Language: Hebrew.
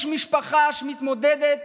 יש משפחה שמתמודדת